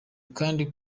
kandi